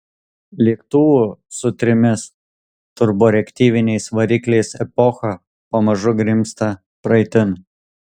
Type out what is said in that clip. lėktuvų su trimis turboreaktyviniais varikliais epocha pamažu grimzta praeitin